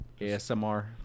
ASMR